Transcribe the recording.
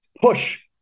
push